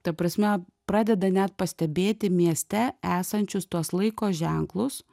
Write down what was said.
ta prasme pradeda net pastebėti mieste esančius tuos laiko ženklus